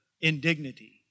indignity